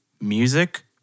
music